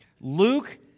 luke